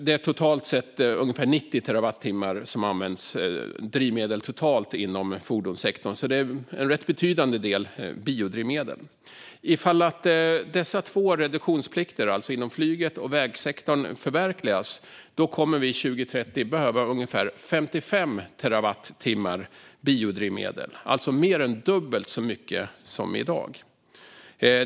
Det är ungefär 90 terawattimmar drivmedel som används totalt inom fordonssektorn, så det är en rätt betydande del biodrivmedel. Om dessa två reduktionsplikter - inom flyget och i vägsektorn - förverkligas kommer vi 2030 att behöva ungefär 55 terawattimmar biodrivmedel, alltså mer än dubbelt så mycket som i dag.